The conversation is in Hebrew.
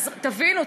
אז תבינו,